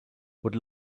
would